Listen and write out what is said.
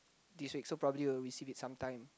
this week so probably will receive it sometime